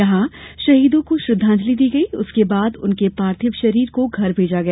यहां शहीदों को श्रद्दाजंलि दी गई उसके बाद उनके पार्थिव शरीर को घर मेजा गया